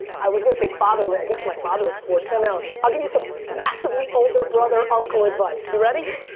i was gonna say fatherly. i guess my father was forty, and no. i'll give you some massively older brother uncle advice. you ready?